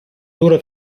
duro